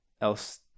else